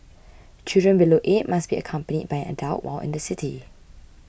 children below eight must be accompanied by an adult while in the city